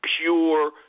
pure